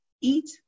eat